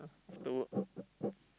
ah have to work